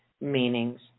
meanings